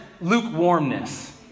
lukewarmness